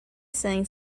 saying